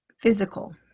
physical